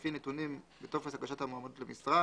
לפי נתונים בטופס הגשת המועמדות למשרה,